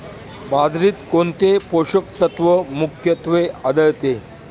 बाजरीत कोणते पोषक तत्व मुख्यत्वे आढळते?